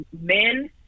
men